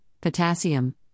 potassium